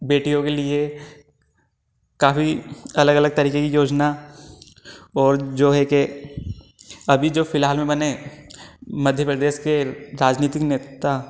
बेटियों के लिए काफ़ी अलग अलग तरीके की योजना और जो है के अभी जो फ़िलहाल में बने मध्य प्रदेश के राजनीतिक नेता